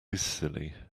silly